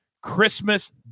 Christmas